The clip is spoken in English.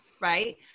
Right